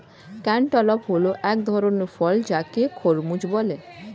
cantaloupe হল এক ধরণের ফল যাকে খরমুজ বলে